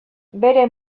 bere